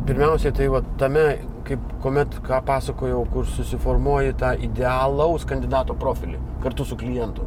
pirmiausia tai va tame kaip kuomet ką pasakojau kur susiformuoji tą idealaus kandidato profilį kartu su klientu